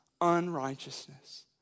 unrighteousness